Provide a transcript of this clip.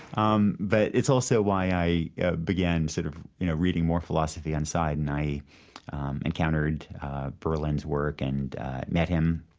um but it's also why i began sort of you know reading more philosophy on the side, and i encountered berlin's work and met him.